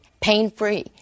pain-free